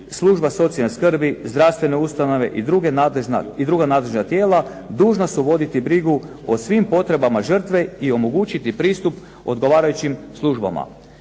služba socijalne skrbi, zdravstvene ustanove i druga nadležna tijela dužna su voditi brigu o svim potrebama žrtve i omogućiti pristup odgovarajućim službama.